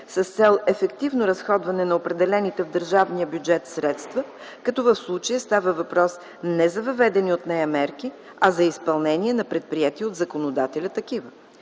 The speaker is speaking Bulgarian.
с цел ефективно разходване на определените в държавния бюджет средства, като в случая става въпрос не за въведени от нея мерки, а за изпълнение на предприети от законодателя такива.